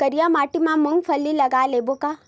करिया माटी मा मूंग फल्ली लगय लेबों का?